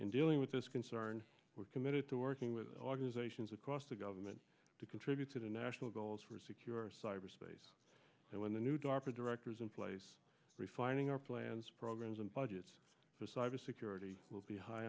in dealing with this concern we're committed to working with organizations across the government to contribute to the national goals for secure cyberspace and when the new darpa directors in place refining our plans programs and budgets for cyber security will be high